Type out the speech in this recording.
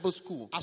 school